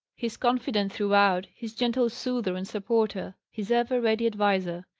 his confidant throughout, his gentle soother and supporter, his ever ready adviser,